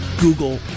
Google